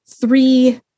three